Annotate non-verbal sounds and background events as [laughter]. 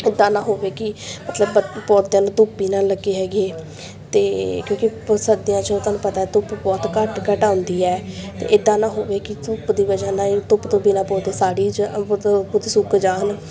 ਇੱਦਾਂ ਨਾ ਹੋਵੇ ਕਿ ਮਤਲਬ ਪ ਪੌਦਿਆਂ ਨੂੰ ਧੁੱਪ ਹੀ ਨਾ ਲੱਗੇ ਹੈਗੇ ਅਤੇ ਕਿਉਂਕਿ ਸਰਦੀਆਂ ਚੋਂ ਤੁਹਾਨੂੰ ਪਤਾ ਧੁੱਪ ਬਹੁਤ ਘੱਟ ਘੱਟ ਆਉਂਦੀ ਹੈ ਅਤੇ ਇੱਦਾਂ ਨਾ ਹੋਵੇ ਕਿ ਧੁੱਪ ਦੀ ਵਜਹਾ ਨਾਲ ਹੀ ਧੁੱਪ ਤੋਂ ਬਿਨਾਂ ਪੌਦੇ ਸੜ ਹੀ [unintelligible] ਪੌਦੇ ਸੁੱਕ ਜਾਣ